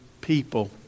people